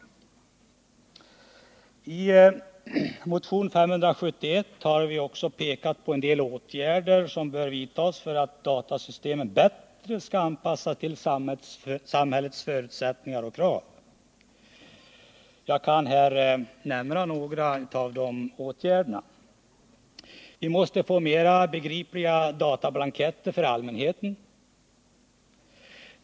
I motionen 571 har vi också pekat på en del åtgärder som bör vidtas för att datasystemen bättre skall anpassas till samhällets förutsättningar och krav. Jag kan här nämna några av de åtgärderna. Vi måste få mer begripliga datablanketter för allmänheten.